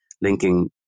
linking